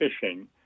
fishing